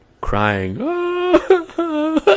crying